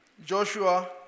Joshua